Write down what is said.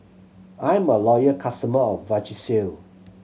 I'm a loyal customer of Vagisil